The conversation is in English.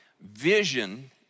vision